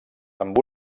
amb